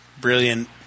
brilliant